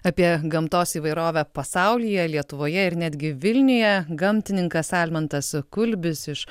apie gamtos įvairovę pasaulyje lietuvoje ir netgi vilniuje gamtininkas almantas kulbis iš